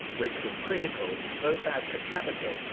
which was critical both as the capital,